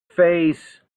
face